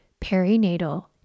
perinatal